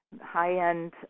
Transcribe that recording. high-end